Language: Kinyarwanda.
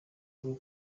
bwo